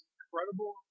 incredible